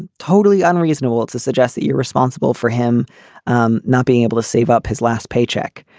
and totally unreasonable to suggest that you're responsible for him um not being able to save up his last paycheck.